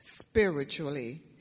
spiritually